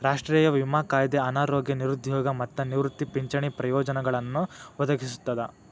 ರಾಷ್ಟ್ರೇಯ ವಿಮಾ ಕಾಯ್ದೆ ಅನಾರೋಗ್ಯ ನಿರುದ್ಯೋಗ ಮತ್ತ ನಿವೃತ್ತಿ ಪಿಂಚಣಿ ಪ್ರಯೋಜನಗಳನ್ನ ಒದಗಿಸ್ತದ